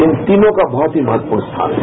इन तीनों का बहुत ही महत्वपूर्ण स्थान है